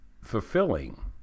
fulfilling